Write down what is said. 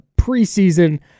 preseason